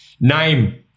name